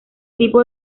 tipo